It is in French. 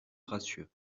gracieux